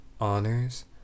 honors